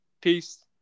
Peace